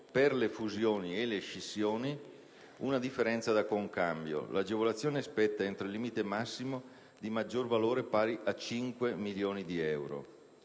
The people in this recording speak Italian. per le fusioni e le scissioni, una differenza da concambio. L'agevolazione spetta entro il limite massimo di maggior valore pari a 5 milioni di euro.